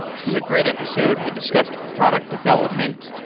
this is a great episode. we discussed product development,